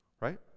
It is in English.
Right